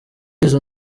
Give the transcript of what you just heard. izo